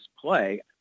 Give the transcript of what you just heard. play